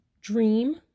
dream